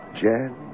Jan